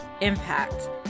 impact